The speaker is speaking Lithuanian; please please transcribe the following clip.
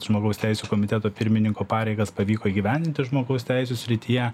žmogaus teisių komiteto pirmininko pareigas pavyko įgyvendinti žmogaus teisių srityje